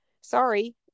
sorry